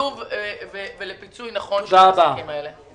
לטיוב ולפיצוי נכון של העסקים האלה.